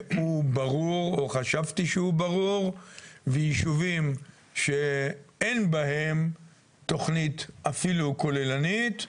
הוא ברור או חשבתי שהוא ברור ויישובים שאין בהם תכנית אפילו כוללנית,